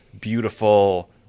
beautiful